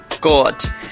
God